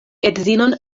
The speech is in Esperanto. edzinon